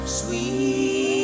sweet